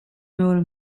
მეორე